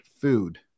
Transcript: food